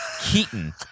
Keaton